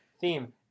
theme